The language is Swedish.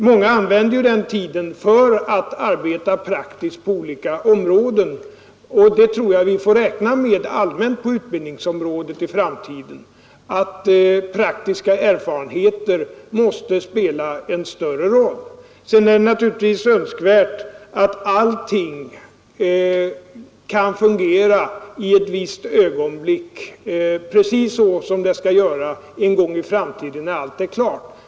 Många använder ju den tiden för att arbeta praktiskt på olika områden, och jag tror att vi allmänt på utbildningsområdet i framtiden får räkna med att praktiska erfarenheter måste spela en större roll. Sedan är det naturligtvis önskvärt att allting kan fungera i ett visst ögonblick precis så som det skall göra en gång i framtiden, när allt är klart.